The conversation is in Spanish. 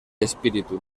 espíritu